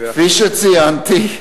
כפי שציינתי,